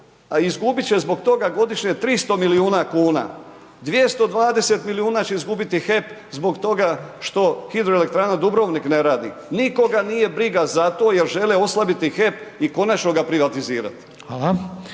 a izgubit će zbog toga godišnje 300 milijuna kuna, 220 milijuna će izgubiti HEP zbog toga što hidroelektrana Dubrovnik ne radi, nikoga nije briga za to jer žele oslabiti HEP i konačno ga privatizirati.